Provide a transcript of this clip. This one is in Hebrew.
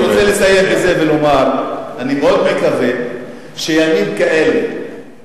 אני רוצה לסיים בזה ולומר שאני מאוד מקווה שימים כאלה